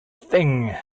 thing